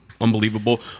unbelievable